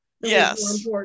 Yes